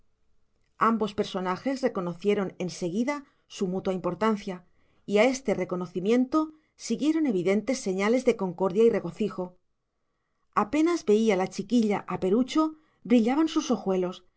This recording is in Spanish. ambos personajes reconocieron en seguida su mutua importancia y a este reconocimiento siguieron evidentes señales de concordia y regocijo apenas veía la chiquilla a perucho brillaban sus ojuelos